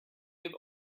give